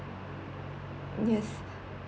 yes